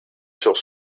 sur